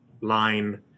line